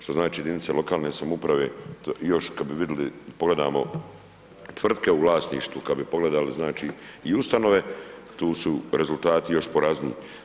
Što znači, jedinice lokalne samouprave još kad bi vidli, pogledamo tvrtke u vlasništvu, kad bi pogledali i ustanove, tu su rezultati još porazniji.